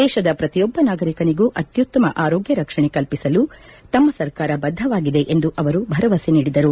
ದೇಶದ ಪ್ರತಿಯೊಬ್ಬ ನಾಗರಿಕನಿಗೂ ಅತ್ಯುತ್ತಮ ಆರೋಗ್ಯ ರಕ್ಷಣೆ ವ್ಯವಸ್ಥೆಯನ್ನು ಕಲ್ಪಿಸಲು ತಮ್ಮ ಸರ್ಕಾರ ಬದ್ದವಾಗಿದೆ ಎಂದು ಅವರು ಭರವಸೆ ನೀಡಿದರು